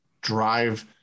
drive